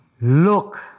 Look